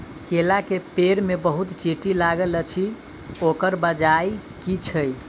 केला केँ पेड़ मे बहुत चींटी लागल अछि, ओकर बजय की छै?